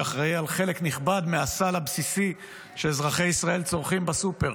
שאחראי על חלק נכבד מהסל הבסיסי שאזרחי ישראל צורכים בסופר.